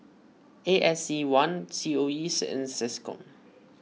A S E one C O E and SecCom